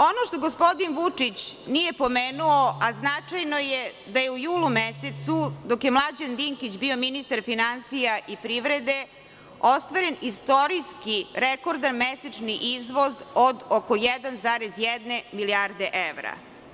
Ono što gospodin Vučić nije pomenuo, a značajno je, da je u julu mesecu, dok je Mlađan Dinkić bio ministar finansija i privrede ostvaren istorijski rekordan mesečni izvoz od oko 1,1 milijarde evra.